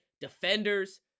Defenders